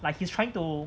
like he's trying to